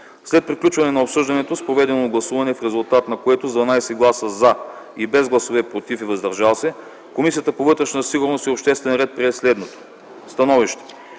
След приключване на обсъждането се проведе гласуване, в резултат на което с 12 гласа „за” и без гласове „против” и „въздържал се” Комисията по вътрешна сигурност и обществен ред прие следното становище: